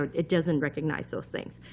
it doesn't recognize those things.